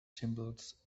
symbols